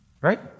right